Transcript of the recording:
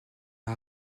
n’a